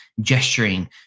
gesturing